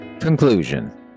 Conclusion